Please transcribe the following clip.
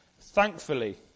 thankfully